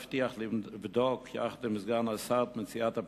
הוא הבטיח לי לבדוק יחד עם סגן השר את מציאת הפתרונות,